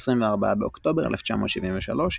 24 באוקטובר 1973,